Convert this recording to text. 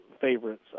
favorites